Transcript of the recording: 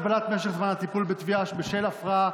הגבלת משך זמן הטיפול בתביעה בשל הפרעה